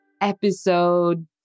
episode